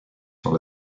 sur